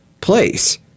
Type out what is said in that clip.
place